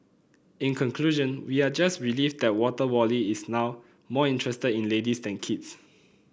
in conclusion we are just relieved that Water Wally is now more interested in ladies than kids